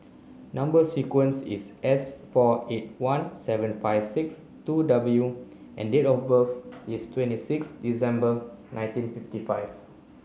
number sequence is S four eight one seven five six two W and date of birth is twenty six December nineteen fifty five